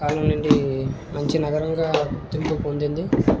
కాలం నుండి మంచి నగరంగా గుర్తింపు పొందింది